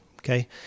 Okay